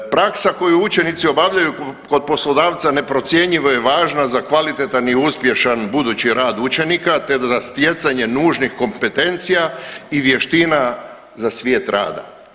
Praksa koju učenici obavljaju kod poslodavca neprocjenjivo je važna za kvalitetan i uspješan budući rad učenika te za stjecanje nužnih kompetencija i vještina za svijet rada.